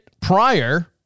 prior